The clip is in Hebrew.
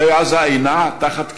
הרי עזה אינה תחת כיבוש,